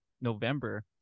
November